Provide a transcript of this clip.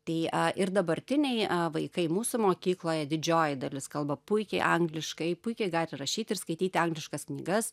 tai ir dabartiniai vaikai mūsų mokykloje didžioji dalis kalba puikiai angliškai puikiai gali rašyti ir skaityti angliškas knygas